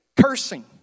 cursing